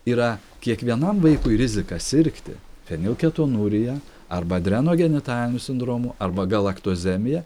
yra kiekvienam vaikui rizika sirgti fenilketonurija arba adrenogenitaliniu sindromu arba galaktozemija